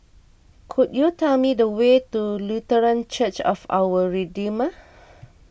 could you tell me the way to Lutheran Church of Our Redeemer